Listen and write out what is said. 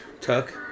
Tuck